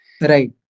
Right